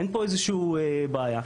אין פה איזושהי בעיה.